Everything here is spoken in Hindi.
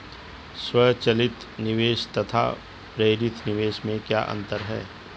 स्वचालित निवेश तथा प्रेरित निवेश में क्या अंतर है?